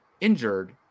injured